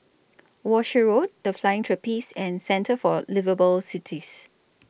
Walshe Road The Flying Trapeze and Centre For Liveable Cities